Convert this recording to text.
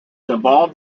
involved